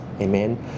Amen